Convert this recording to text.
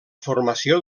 formació